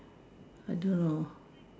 I don't know